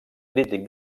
crític